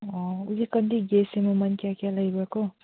ꯑꯣ ꯍꯧꯖꯤꯛ ꯀꯥꯟꯗꯤ ꯒ꯭ꯌꯥꯁꯦ ꯃꯃꯜ ꯀꯌꯥ ꯀꯌꯥ ꯂꯩꯕ꯭ꯔꯥꯀꯣ